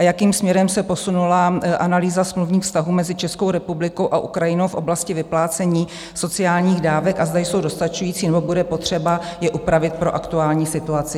A jakým směrem se posunula analýza smluvních vztahů mezi Českou republiku a Ukrajinou v oblasti vyplácení sociálních dávek a zda jsou dostačující, nebo bude potřeba je upravit pro aktuální situaci?